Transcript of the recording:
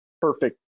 perfect